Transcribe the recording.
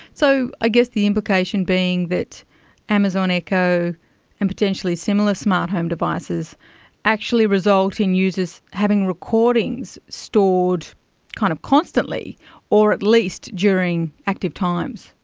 so i guess the implication being that amazon echo and potentially similar smart home devices actually result in users having recordings stored kind of constantly or at least during active times.